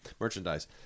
merchandise